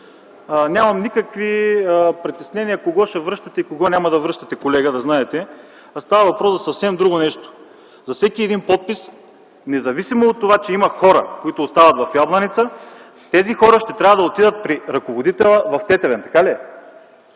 Нямам никакви притеснения кого ще връщате и кого няма да връщате, колега, да знаете. Става въпрос за съвсем друго нещо – за всеки един подпис, независимо от това, че има хора, които остават в Ябланица, те ще трябва да отидат при ръководителя в Тетевен, така ли е?